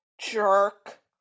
Jerk